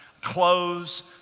clothes